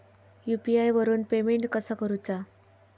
UPI वरून payment कसा करूचा?